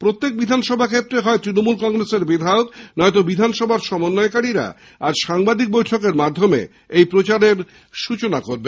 প্রত্যেক বিধানসভা কেন্দ্রে হয় তৃণমূল কংগ্রেসের বিধায়ক নয়তো বিধানসভায় সমন্বয়কারীরা আজ সাংবাদিক বৈঠকের মাধ্যমে এই প্রচারের সুচনা করবেন